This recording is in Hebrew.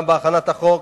גם בהכנת החוק,